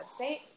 website